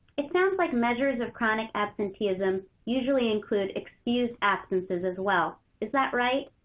it sounds like measures of chronic absenteeism usually include excused absences as well. is that right?